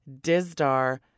Dizdar